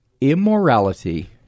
Immorality